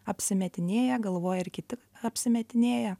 apsimetinėja galvoja ir kiti apsimetinėja